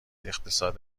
اقتصاد